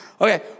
Okay